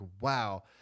wow